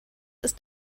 ist